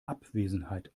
abwesenheit